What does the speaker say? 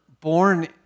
born